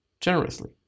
generously